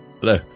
hello